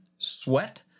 Sweat